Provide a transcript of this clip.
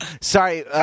Sorry